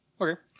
Okay